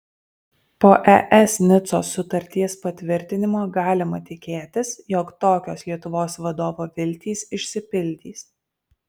po es nicos sutarties patvirtinimo galima tikėtis jog tokios lietuvos vadovo viltys išsipildys